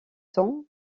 temps